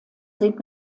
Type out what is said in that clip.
sind